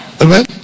Amen